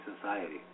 society